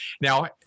Now